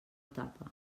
tapa